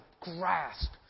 grasp